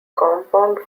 compound